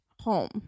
home